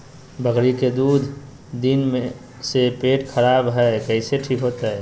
बकरी के दू दिन से पेट खराब है, कैसे ठीक होतैय?